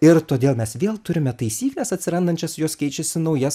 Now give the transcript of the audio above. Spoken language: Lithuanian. ir todėl mes vėl turime taisykles atsirandančias jos keičiasi naujas kad